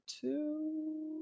two